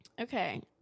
Okay